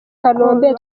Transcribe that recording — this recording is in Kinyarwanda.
kanombe